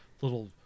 little